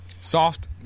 Soft